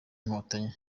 inkotanyi